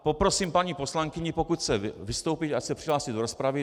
Poprosím paní poslankyni, pokud chce vystoupit, ať se přihlásí do rozpravy.